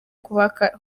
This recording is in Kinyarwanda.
kubaka